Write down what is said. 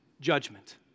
judgment